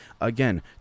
Again